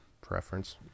preference